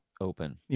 open